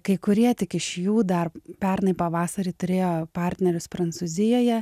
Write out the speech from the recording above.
kai kurie tik iš jų dar pernai pavasarį turėjo partnerius prancūzijoje